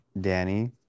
danny